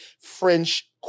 French